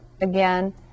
again